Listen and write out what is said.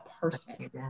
person